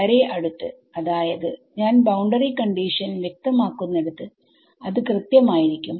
വളരെ അടുത്ത് അതായത് ഞാൻ ബൌണ്ടറി കണ്ടിഷൻ വ്യക്തമാക്കുന്നിടത്ത് അത് കൃത്യമായിരിക്കും